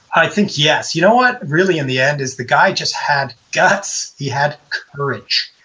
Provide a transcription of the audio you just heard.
i think yes. you know what? really, in the end, is the guy just had guts. he had courage.